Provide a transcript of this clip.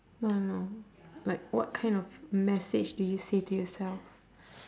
no no no like what kind of message do you say to yourself